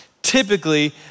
typically